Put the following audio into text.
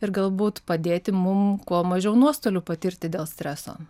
ir galbūt padėti mum kuo mažiau nuostolių patirti dėl streso